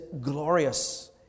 glorious